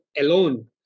alone